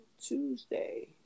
Tuesday